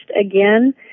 again